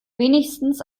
wenigstens